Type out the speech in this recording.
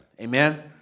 Amen